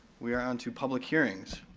we are onto public hearings.